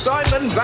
Simon